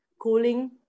cooling